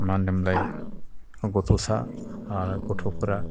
मा होनोमोनलाय गथ'सा गथ'फ्रा